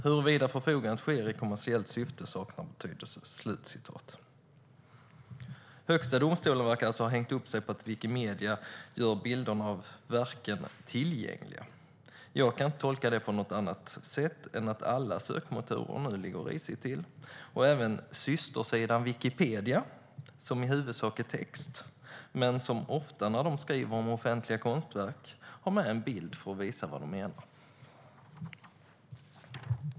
Huruvida förfogandet sker i kommersiellt syfte saknar betydelse." Högsta domstolen verkar alltså ha hängt upp sig på att Wikimedia gör bilderna av verken tillgängliga. Jag kan inte tolka detta på något annat sätt än att alla sökmotorer nu ligger risigt till och även systersidan Wikipedia, som i huvudsak innehåller text men som ofta när man skriver om offentliga konstverk har med en bild för att visa vad man menar.